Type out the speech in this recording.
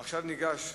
עכשיו ניגש,